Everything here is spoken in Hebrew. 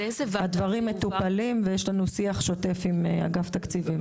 הדברים מטופלים ויש לנו שיח שוטף עם אגף התקציבים.